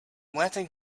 letting